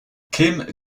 kim